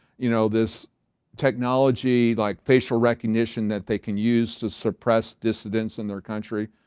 you know. this technology, like. facial recognition that they can use to suppress dissidence in their country.